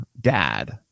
Dad